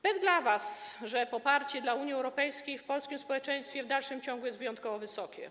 Pech dla was, że poparcie dla Unii Europejskiej w polskim społeczeństwie w dalszym ciągu jest wyjątkowo wysokie.